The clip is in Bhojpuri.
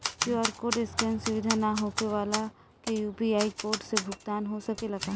क्यू.आर कोड स्केन सुविधा ना होखे वाला के यू.पी.आई कोड से भुगतान हो सकेला का?